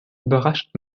überrascht